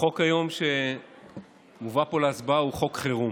החוק היום, שמובא פה להצבעה, הוא חוק חירום.